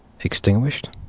extinguished